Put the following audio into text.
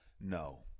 No